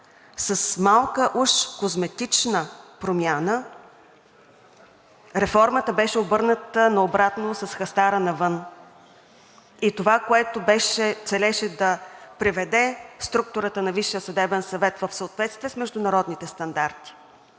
С малка, уж козметична промяна реформата беше обърната на обратно с хастара навън, и това, което целеше – да приведе структурата на Висшия съдебен съвет в съответствие с международните стандарти,